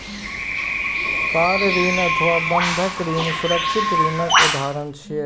car ऋण अथवा बंधक ऋण सुरक्षित ऋणक उदाहरण छियै